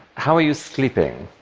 how are you sleeping?